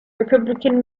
republican